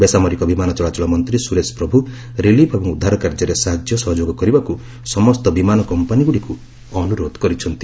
ବେସାମରିକ ବିମାନ ଚଳାଚଳ ମନ୍ତ୍ରୀ ସୁରେଶ ପ୍ରଭୁ ରିଲିଫ୍ ଏବଂ ଉଦ୍ଧାର କାର୍ଯ୍ୟାରେ ସାହାଯ୍ୟ ସହଯୋଗ କରିବାକୁ ସମସ୍ତ ବିମାନ କମ୍ପାନୀଗୁଡ଼ିକୁ ଅନୁରୋଧ କରିଛନ୍ତି